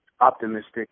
optimistic